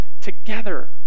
together